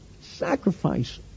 sacrifice